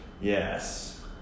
Yes